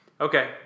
Okay